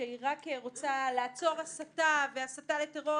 שהיא רק רוצה לעצור הסתה והסתה לטרור,